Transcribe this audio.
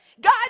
God